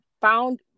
found